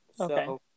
Okay